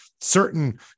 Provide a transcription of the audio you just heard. certain